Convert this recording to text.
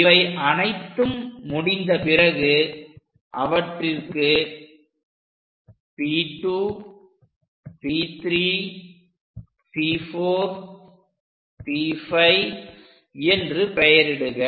இவை அனைத்தும் முடிந்த பிறகு அவற்றிற்கு P 2 P 3 P 4 P 5 என்று பெயரிடுக